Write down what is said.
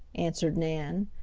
answered nan.